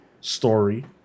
story